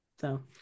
so-